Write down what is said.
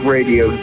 Radio